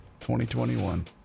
2021